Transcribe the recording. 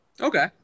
Okay